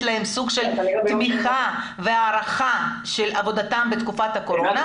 להם סוג של תמיכה והערכה על עבודתם בתקופת הקורונה,